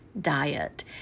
diet